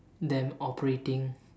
them operating